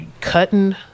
cutting